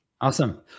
Awesome